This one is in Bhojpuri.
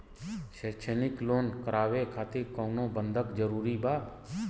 शैक्षणिक लोन करावे खातिर कउनो बंधक जरूरी बा?